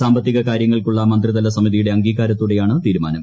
സാമ്പത്തികകാര്യങ്ങൾക്കുള്ള മന്ത്രിതല സമിതിയുടെ അംഗീകാരത്തോടെയാണ് തീരുമാനം